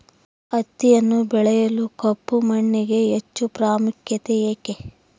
ಹತ್ತಿಯನ್ನು ಬೆಳೆಯಲು ಕಪ್ಪು ಮಣ್ಣಿಗೆ ಹೆಚ್ಚು ಪ್ರಾಮುಖ್ಯತೆ ಏಕೆ?